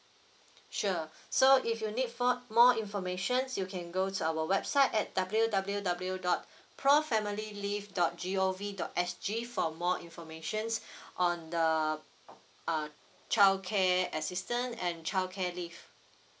sure so if you need for more information you can go to our website at w w w dot pro family leave dot g o v dot s g for more informations on the uh childcare assistance and childcare leave